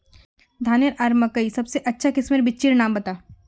धानेर आर मकई सबसे अच्छा किस्मेर बिच्चिर नाम बता?